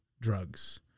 drugs